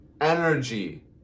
energy